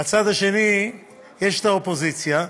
מהצד השני יש את האופוזיציה,